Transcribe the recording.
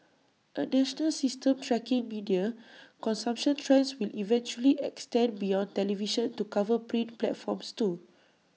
A national system tracking media consumption trends will eventually extend beyond television to cover print platforms too